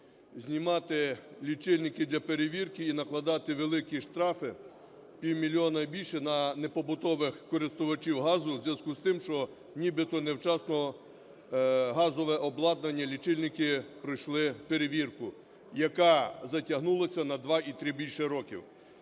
знімати лічильники для перевірки і накладати великі штрафи, півмільйона і більше, на непобутових користувачів газу в зв'язку з тим, що нібито невчасно газове обладнання, лічильники пройшли перевірку, яка затягнулася на два і три, більше років.